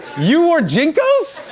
you wore jncos?